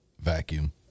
Vacuum